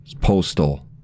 postal